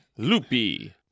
loopy